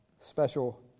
special